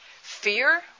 Fear